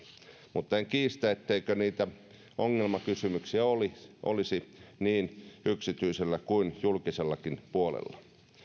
mutta en kiistä etteikö niitä ongelmakysymyksiä olisi niin yksityisellä kuin julkisellakin puolella